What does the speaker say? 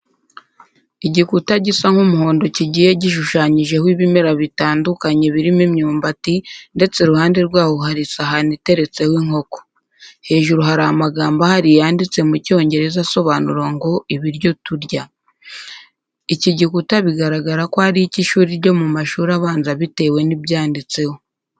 Igikuta gisa nk'umuhondo kigiye gishushanyijeho ibimera bitandukanye birimo imyumbati ndetse iruhande rwaho hari isahani iteretseho inkoko. Hejuru hari amagambo ahari yanditse mu Cyongereza asobanura ngo ibiryo turya. Iki gikuta biragaragra ko ari icy'ishuri ryo mu mashuri abanza bitewe n'ibyanditseho.